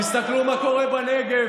תסתכלו מה קורה בנגב,